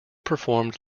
performed